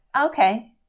okay